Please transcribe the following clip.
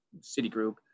Citigroup